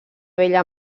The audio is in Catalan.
vella